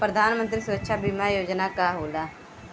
प्रधानमंत्री सुरक्षा बीमा योजना का होला?